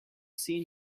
seen